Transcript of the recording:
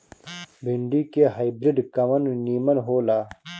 भिन्डी के हाइब्रिड कवन नीमन हो ला?